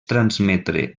transmetre